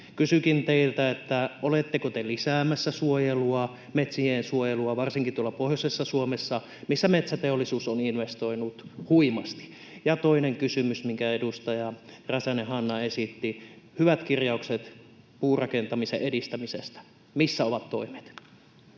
Kysynkin teiltä: oletteko te lisäämässä suojelua, metsiensuojelua, varsinkin tuolla pohjoisessa Suomessa, missä metsäteollisuus on investoinut huimasti? Ja toinen kysymys, minkä edustaja Räsänen, Hanna, esitti: hyvät kirjaukset puurakentamisen edistämisestä, missä ovat toimet?